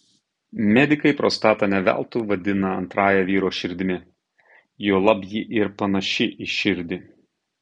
medikai prostatą ne veltui vadina antrąja vyro širdimi juolab ji ir panaši į širdį